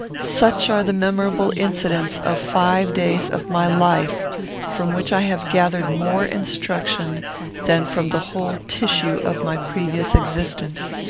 such are the memorable incidents of five days of my life from which i have gathered more instruction than from the whole tissue of my previous existence.